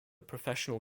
professional